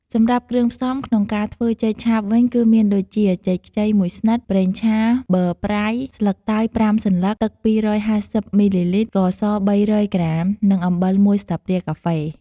សម្រាប់គ្រឿងផ្សំក្នុងការធ្វើចេកឆាបវិញ គឺមានដូចជា ចេកខ្ចី ១ ស្និត ប្រេងឆា ប័រប្រៃ ស្លឹកតើយ ៥ សន្លឹក ទឹក ២៥០ មីលីលីត្រ ស្ករស ៣០០ក្រាម និង អំបិល ១ ស្លាបព្រាកាហ្វេ។